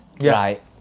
right